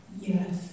Yes